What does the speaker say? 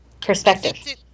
perspective